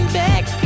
back